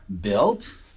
built